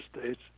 States